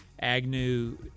Agnew